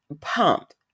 pumped